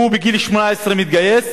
הוא בגיל 18 מתגייס,